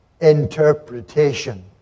interpretation